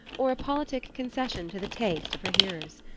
or a politic concession to the taste of her hearers.